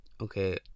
okay